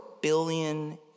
billion